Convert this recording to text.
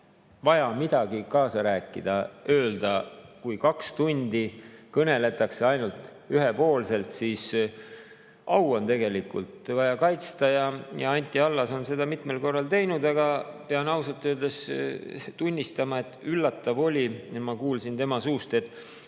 Vaja on midagi kaasa rääkida, öelda. Kui kaks tundi kõneldakse ainult ühepoolselt, siis on tegelikult vaja au kaitsta, ja Anti Allas on seda mitmel korral teinud. Aga ma pean ausalt öeldes tunnistama, et oli üllatav kuulda tema suust, et